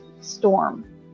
storm